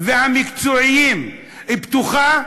והמקצועיים פתוחה,